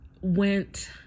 went